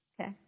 Okay